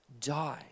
die